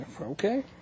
Okay